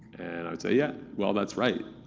and i would say, yeah. well, that's right.